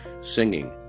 singing